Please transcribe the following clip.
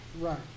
Right